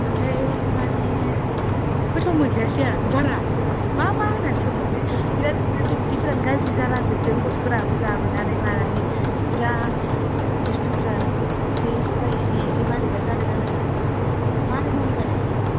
ओमफ्राय माने गोथाव मोनजायासै आं बारा मा मा होनानै सङो बिराद माथो उदैफोरानो गाज्रि जाला जोबदों गथ'फोराबो जाबोनानै मानानै फुरा बुस्थुफ्रा एसे स्फायसि एसे मारैबा जादों आरोना मारै मारै बानायसोदों